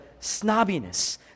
snobbiness